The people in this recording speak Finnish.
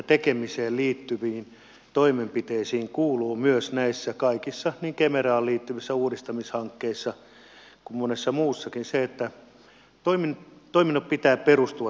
tekemiseen liittyviin toimenpiteisiin kuuluu myös näissä kaikissa niin kemeraan liittyvissä uudistamishankkeissa kuin monessa muussakin se että toiminnan pitää perustua sosiaaliseen vastuuseen